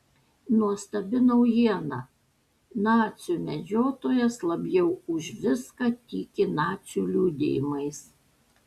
nuostabi naujiena nacių medžiotojas labiau už viską tiki nacių liudijimais